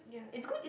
yeah it's good